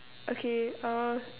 okay uh